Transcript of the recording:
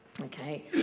Okay